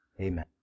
Amen